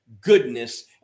goodness